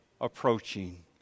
approaching